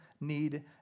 need